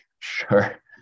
Sure